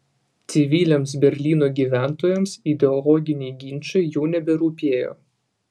civiliams berlyno gyventojams ideologiniai ginčai jau neberūpėjo